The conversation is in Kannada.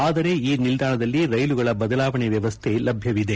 ಆದರೆ ಈ ನಿಲ್ದಾಣದಲ್ಲಿ ರೈಲುಗಳ ಬದಲಾವಣೆ ವ್ಯವಸ್ಥೆ ಲಭ್ಯವಿದೆ